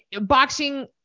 boxing